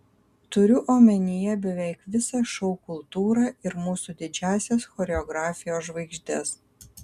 turiu omenyje beveik visą šou kultūrą ir mūsų didžiąsias choreografijos žvaigždes